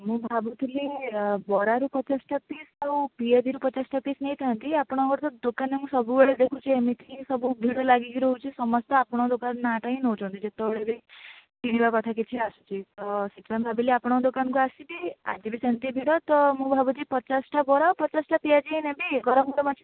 ମୁଁ ଭାବୁଥିଲି ବରାରୁ ପଚାଶଟା ପିସ୍ ଆଉ ପିଆଜିରୁ ପଚାଶଟା ପିସ୍ ନେଇଥାନ୍ତି ଆପଣଙ୍କର ତ ଦୋକାନ ମୁଁ ସବୁବେଳେ ଦେଖୁଛି ଏମିତି ହିଁ ସବୁ ଭିଡ଼ ଲାଗିକି ରହୁଛି ସମସ୍ତେ ଆପଣଙ୍କ ଦୋକାନ ନାଁଟା ହିଁ ନେଉଛନ୍ତି ଯେତେବେଳେ ବି କିଣିବା କଥା କିଛି ଆସୁଛି ତ ସେଥିପାଇଁ ଭାବିଲି ଆପଣଙ୍କ ଦୋକାନକୁ ଆସିବି ଆଜି ବି ସେମିତି ଭିଡ଼ ତ ମୁଁ ଭାବୁଛି ପଚାଶଟା ବରା ପଚାଶଟା ପିଆଜି ନେବି ଗରମ ଗରମ ଅଛି ତ